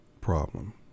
problem